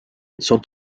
sont